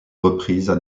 reprises